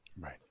Right